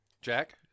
Jack